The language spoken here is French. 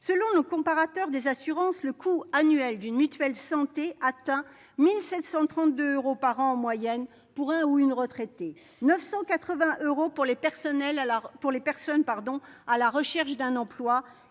Selon le comparateur des assurances, le coût annuel d'une mutuelle santé atteint 1 732 euros par an, en moyenne, pour un retraité, 981 euros pour les personnes à la recherche d'un emploi